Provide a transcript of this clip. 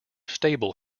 stable